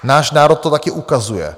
Náš národ to taky ukazuje.